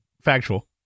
factual